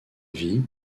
vie